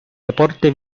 deporte